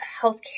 Healthcare